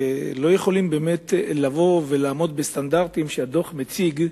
אבל לא יכולים לעמוד בסטנדרטים שהדוח מציג,